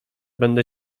będą